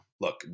look